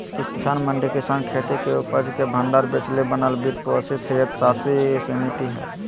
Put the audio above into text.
किसान मंडी किसानखेती उपज के भण्डार बेचेले बनाल वित्त पोषित स्वयात्तशासी समिति हइ